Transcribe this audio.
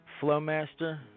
Flowmaster